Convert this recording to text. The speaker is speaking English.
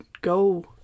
go